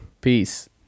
Peace